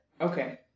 Okay